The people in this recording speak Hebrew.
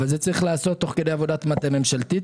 אבל זה צריך להיעשות תוך כדי עבודת מטה ממשלתית,